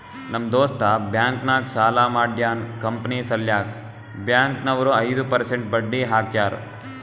ನಮ್ ದೋಸ್ತ ಬ್ಯಾಂಕ್ ನಾಗ್ ಸಾಲ ಮಾಡ್ಯಾನ್ ಕಂಪನಿ ಸಲ್ಯಾಕ್ ಬ್ಯಾಂಕ್ ನವ್ರು ಐದು ಪರ್ಸೆಂಟ್ ಬಡ್ಡಿ ಹಾಕ್ಯಾರ್